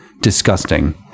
Disgusting